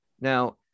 Now